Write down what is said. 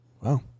Wow